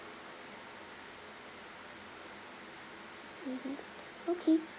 mmhmm okay